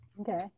okay